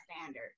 standard